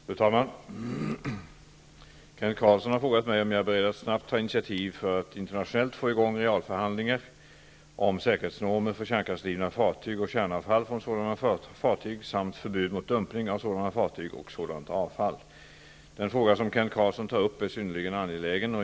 Fru talman! Kent Carlsson har frågat mig om jag är beredd att snabbt ta initiativ för att internationellt få i gång realförhandlingar om säkerhetsnormer för kärnkraftsdrivna fartyg och kärnavfall från sådana fartyg samt förbud mot dumpning av sådana fartyg och sådant avfall. Den fråga som Kent Carlsson tar upp är synnerligen angelägen.